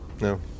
No